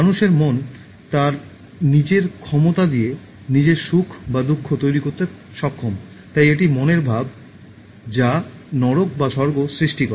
মানুষের মন তার নিজের ক্ষমতা দিয়ে নিজের সুখ বা দুঃখ তৈরি করতে সক্ষম তাই এটি মনের ভাব যা নরক বা স্বর্গ সৃষ্টি করে